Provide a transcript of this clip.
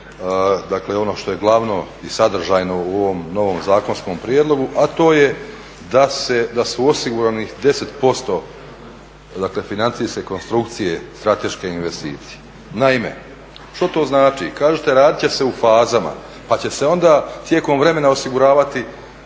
braniti ono što je glavno i sadržajno u ovom novom zakonskom prijedlogu, a to je da su osiguranih 10% financijske konstrukcije strateške investicije. Naime, što to znači? kažete radit će se u fazama pa će se onda tijekom vremena osiguravati